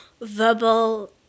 verbal